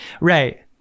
right